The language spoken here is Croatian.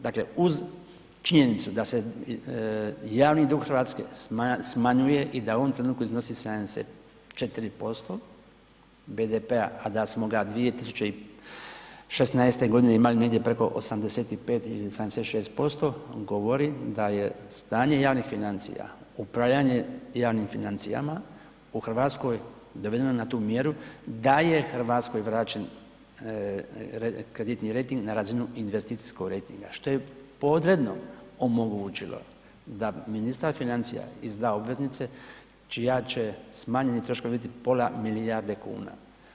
Dakle uz činjenicu da se javni dug Hrvatske smanjuje i da u ovom trenutku iznosi 74% BDP-a a da smo ga 2016. imali negdje preko 85 ili 86% nam govori da je stanje javnih financija, upravljanje javnim financijama u Hrvatskoj dovedeno na tu mjeru da je Hrvatskoj vraćen kreditni rejting na razinu investicijskog rejtinga što je podredno omogućilo da ministar financija izda obveznice čiji će smanjeni troškovi biti pola milijarde kuna.